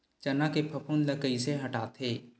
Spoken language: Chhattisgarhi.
चना के फफूंद ल कइसे हटाथे?